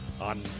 on